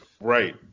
Right